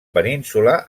península